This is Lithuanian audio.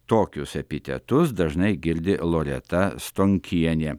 tokius epitetus dažnai girdi loreta stonkienė